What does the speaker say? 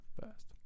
first